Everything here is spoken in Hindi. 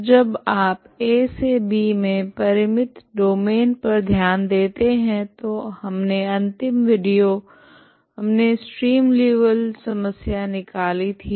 तो जब आप a से b मे परिमित डोमैन पर ध्यान देते है तो हमने अंतिम विडियो हमने स्ट्रीम लीऔविल्ले समस्या निकली थी